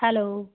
hello